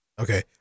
Okay